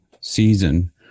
season